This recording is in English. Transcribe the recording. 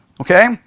okay